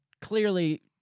clearly